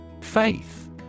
Faith